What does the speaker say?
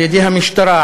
על-ידי המשטרה,